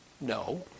No